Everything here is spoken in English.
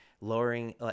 lowering